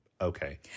okay